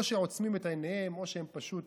או שעוצמים את עיניהם או שהם פשוט